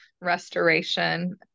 restoration